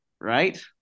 right